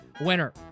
winner